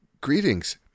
Greetings